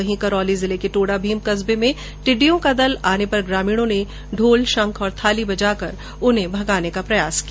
वहीं करौली जिले के टोडाभीम कस्बे में टिड्डियों का दल आने पर ग्रामीणों ने ढोल शंखे और थाली बजाकर उन्हें भगाने का प्रयास किया